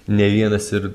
ne vienas ir